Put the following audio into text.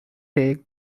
take